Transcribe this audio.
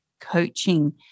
Coaching